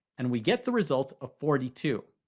and we get the result of forty two.